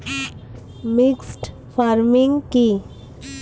Mixed farming কি?